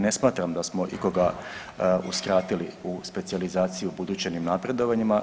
Ne smatram da smo ikoga uskratili u specijalizaciju u budućim napredovanjima.